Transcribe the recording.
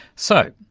so,